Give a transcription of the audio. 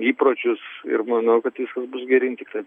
įpročius ir manau kad viskas bus geryn tiktai